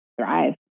thrive